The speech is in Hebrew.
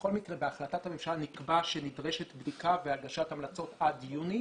ובכל מקרה בהחלטת הממשלה נקבע שנדרשת בדיקה והגשת המלצות עד יוני.